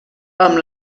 amb